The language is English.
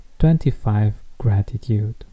25Gratitude